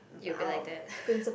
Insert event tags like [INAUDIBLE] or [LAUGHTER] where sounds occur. you'll be like that [LAUGHS]